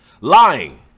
Lying